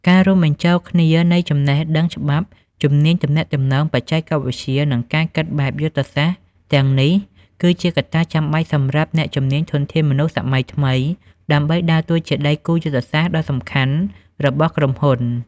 ការរួមបញ្ចូលគ្នានៃចំណេះដឹងច្បាប់ ជំនាញទំនាក់ទំនង បច្ចេកវិទ្យា និងការគិតបែបយុទ្ធសាស្ត្រ ទាំងនេះ គឺជាកត្តាចាំបាច់សម្រាប់អ្នកជំនាញធនធានមនុស្សសម័យថ្មី ដើម្បីដើរតួជាដៃគូយុទ្ធសាស្ត្រដ៏សំខាន់របស់ក្រុមហ៊ុន។